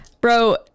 Bro